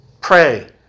Pray